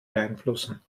beeinflussen